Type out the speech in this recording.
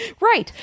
Right